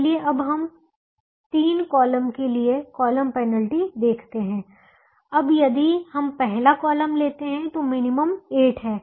चलिए अब हम 3 कॉलम के लिए कॉलम पेनल्टी देखते हैं अब यदि हम पहला कॉलम लेते हैं तो मिनिमम 8 है